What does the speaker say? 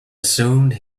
assumed